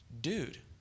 dude